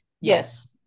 Yes